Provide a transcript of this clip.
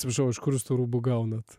atsiprašau o iš kur jūs tų rūbų gaunat